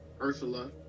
Ursula